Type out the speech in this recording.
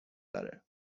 داره